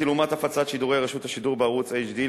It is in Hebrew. כי לעומת הפצת שידורי רשות השידור בערוץ HD,